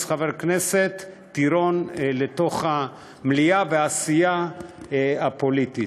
חבר כנסת טירון לתוך המליאה והעשייה הפוליטית.